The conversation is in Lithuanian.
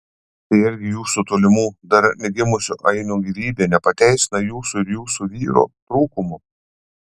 tai argi jūsų tolimų dar negimusių ainių gyvybė nepateisina jūsų ir jūsų vyro trūkumų